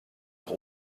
auch